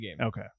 Okay